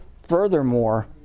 Furthermore